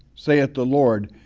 saith the lord,